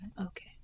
Okay